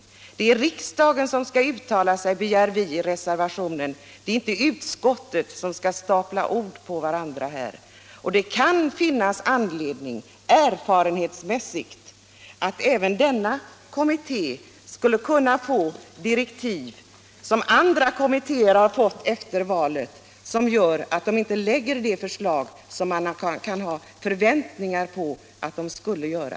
Vad vi begär i reservationen är att riksdagen skall uttala sig och inte att utskottet skall stapla ord på varandra. Erfarenhetsmässigt kan det finnas anledning förmoda att även denna kommitté kan komma att erhålla direktiv, liksom andra kommittéer har fått det efter valet, vilka gör att de inte lägger fram de förslag som man kunde ha förväntningar på att de skulle göra.